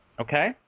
Okay